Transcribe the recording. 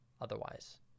otherwise